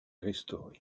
restauré